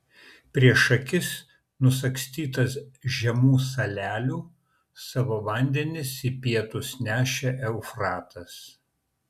prieš akis nusagstytas žemų salelių savo vandenis į pietus nešė eufratas